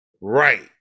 right